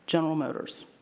general motors.